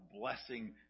blessing